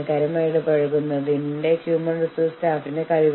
നിങ്ങൾ ആരുമായും വിലപേശുമ്പോളും മറ്റ് വിലപേശൽ ടീമിനോട് മര്യാദ കാണിക്കണം